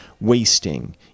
wasting